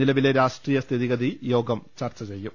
നിലവിലെ രാഷ്ട്രീയ സ്ഥിതിഗതി യോഗം ചർച്ചു ചെയ്യും